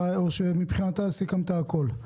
או שמבחינתך הכול סוכם?